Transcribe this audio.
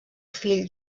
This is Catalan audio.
fill